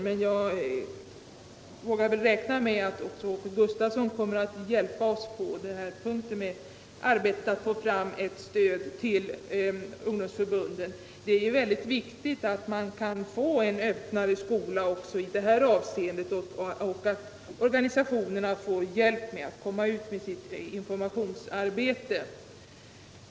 Men jag vågar kanske räkna med att Åke Gustavsson kommer att hjälpa oss i arbetet au få fram eu stöd till ungdomsförbunden. Det är ju väldigt viktigt . att man kan få en öppnare skola också i detta avseende och att organisationerna får hjälp att komma ut med sin information.